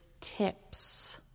tips